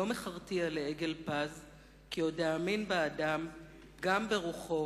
לא מכרתיה לעגל פז,/ כי עוד אאמין באדם,/ גם ברוחו,